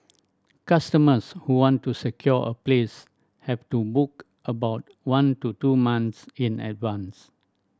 customers who want to secure a place have to book about one to two month in advance